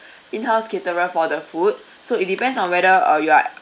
in house caterer for the food so it depends on whether uh you are